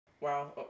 wow